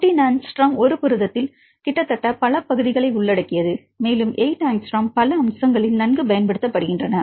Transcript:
14 angstrom ஒரு புரதத்தில் கிட்டத்தட்ட பல பகுதிகளை உள்ளடக்கியது மற்றும் 8 ஆங்ஸ்ட்ரோம் பல அம்சங்களில் நன்கு பயன்படுத்தப்படுகின்றன